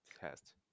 test